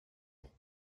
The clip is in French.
ans